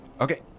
Okay